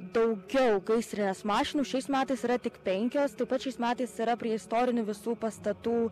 daugiau gaisrinės mašinų šiais metais yra tik penkios taip pat šiais metais yra prie istorinių visų pastatų